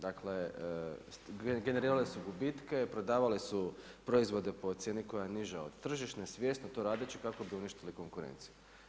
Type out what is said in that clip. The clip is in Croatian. Dakle, generirali su gubitke, prodavali su proizvode po cijeni koja je niža od tržišne svjesno to radeći kako bi uništili konkurenciju.